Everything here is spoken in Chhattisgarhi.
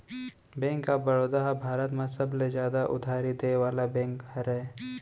बेंक ऑफ बड़ौदा ह भारत म सबले जादा उधारी देय वाला बेंक हरय